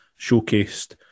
showcased